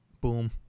boom